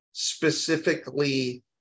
specifically